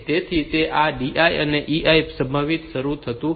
તેથી તે આ EI અને DI થી પ્રભાવિત થતું નથી